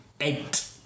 Eight